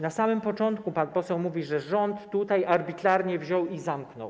Na samym początku pan poseł mówił, że rząd arbitralnie wziął i zamknął.